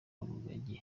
rugagi